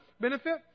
benefit